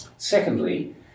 Secondly